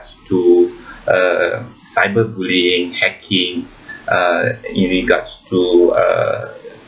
to uh cyber bullying hacking uh in regards to uh